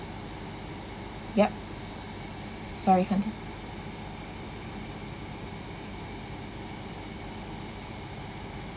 yup sorry can't hear